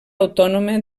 autònoma